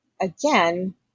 again